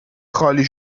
خالی